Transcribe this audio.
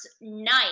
night